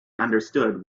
understood